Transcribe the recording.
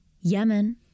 Yemen